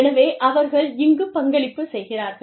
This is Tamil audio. எனவே அவர்கள் இங்குப் பங்களிப்பு செய்கிறார்கள்